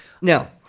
now